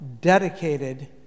dedicated